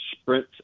sprint